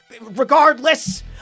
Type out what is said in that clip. Regardless